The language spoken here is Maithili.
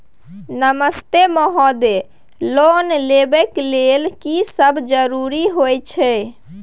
नमस्ते महोदय, लोन लेबै के लेल की सब जरुरी होय छै?